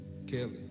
Kelly